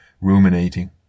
ruminating